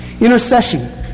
Intercession